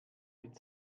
mit